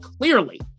clearly